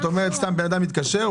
את אומרת: אדם מתקשר,